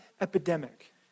epidemic